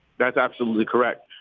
that's absolutely correct